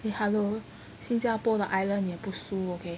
eh hello 新加坡的 island 也不输 okay